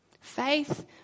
Faith